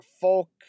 folk